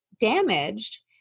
damaged